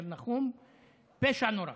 פשע נורא.